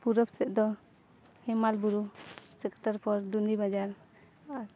ᱯᱩᱨᱩᱵᱽ ᱥᱮᱫ ᱫᱚ ᱦᱮᱢᱟᱞ ᱵᱩᱨᱩ ᱥᱮᱠᱴᱟᱨ ᱯᱚᱨ ᱫᱩᱱᱤ ᱵᱟᱡᱟᱨ ᱟᱨ